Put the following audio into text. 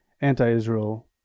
anti-israel